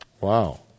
Wow